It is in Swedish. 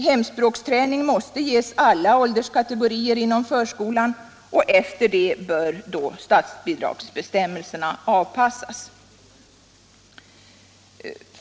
Hemspråksträning måste ges alla ålderskategorier inom förskolan, och efter det bör statsbidragsbestämmelserna avpassas.